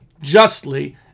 justly